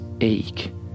ache